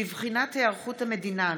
התש"ף 2020,